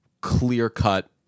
clear-cut